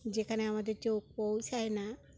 যেখানে আমাদের চোখ পৌঁছায় না